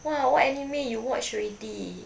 !wah! what anime you watch already